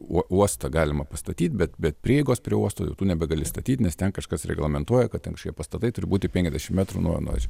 uo uostą galima pastatyt bet bet prieigos prie uosto tu nebegali statyt nes ten kažkas reglamentuoja kad šie pastatai turi būti penkiasdešimt metrų nuo nuo